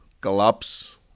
collapse